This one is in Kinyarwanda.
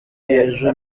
ejo